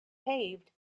paved